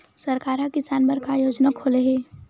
सरकार ह किसान बर का योजना खोले हे?